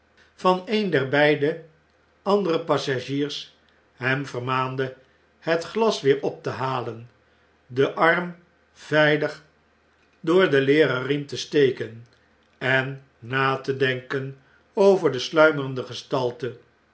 van een der beide andere passagiers hem vermaande het glas weer op te halen den arm veilig door den lederen riem te steken en na te denken over de sluimerende gestalten